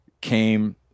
came